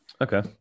Okay